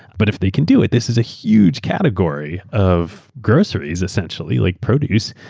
but if they can do it, this is a huge category of groceries essentially like produce.